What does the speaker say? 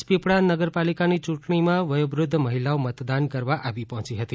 રાજપીપળા નગરપાલિકાની યૂંટણીમાં વયોવદ્ધ મહિલાઓ મતદાન કરવા આવી પહોંચી હતી